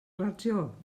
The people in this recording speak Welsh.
radio